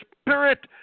spirit